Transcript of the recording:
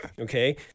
okay